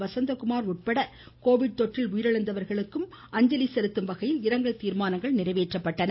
வசந்த்குமார் உட்பட கோவிட் தொற்றில் உயிரிழந்தவர்களுக்கு அஞ்சலி செலுத்தும்வைகியல் இரங்கல் தீர்மானங்கள் நிறைவேற்றப்பட்டன